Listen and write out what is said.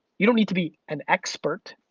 you don't need to be an expert.